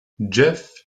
jef